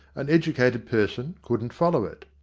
an educated person couldn't follow it.